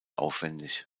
aufwendig